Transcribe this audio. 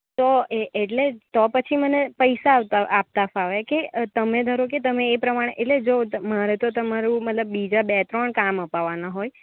તો એ એટલે તો પછી મને પૈસા આપતા ફાવે કે તમે ધારોકે તમે એ પ્રમાણે એટલે જો મારે તો તમારું મતલબ બીજા બે ત્રણ કામ અપાવવાના હોય